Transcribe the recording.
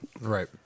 right